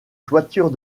toiture